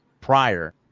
prior